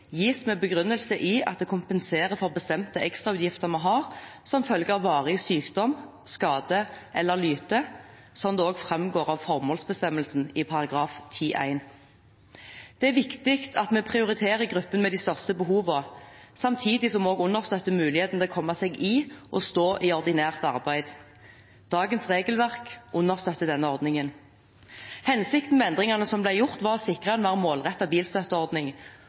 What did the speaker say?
gis med begrunnelse i at det kompenserer for bestemte ekstrautgifter man har som følge av varig sykdom, skade eller lyte, slik det også framgår av formålsbestemmelsen i § 10-1. Det er viktig at vi prioriterer gruppen med de største behovene, samtidig som vi også understøtter muligheten til å komme seg i og stå i ordinært arbeid. Dagens regelverk understøtter denne ordningen. Hensikten med endringene som ble gjort, var å sikre en mer målrettet bilstøtteordning,